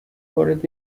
وارد